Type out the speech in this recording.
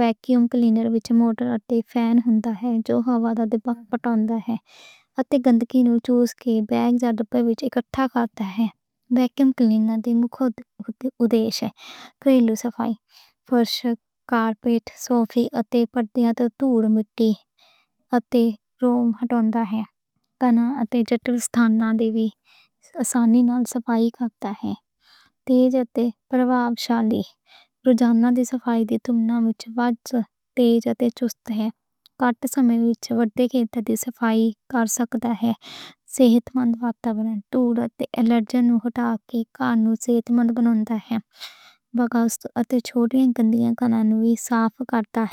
Vacuum cleaner وچ موٹر تے فین ہوندا ہے۔ جو ہوا دا دباؤ پیدا کرتا ہے۔ اتے گندگی نوں چوس کے بیگز یا بنز وچ اکٹھا کرتا ہے۔ کارپٹ، فرش، صوفے اتے دھول مٹی تے روم وچ صفائی کرن لئی سُہولت دِندا ہے۔ تیز اتے پربھاؤشالی روزانہ دی صفائی دے مقابلے وچ تیز اتے چست ہے۔ کٹ سمیں وچ وڈے گھر دی صفائی کر سکدا ہے۔ صحت مند ماحول نوں بہتر بناؤندا ہے۔ کونیاں اتے چھوٹے تھائیں نوں وی صاف کر دندا ہے۔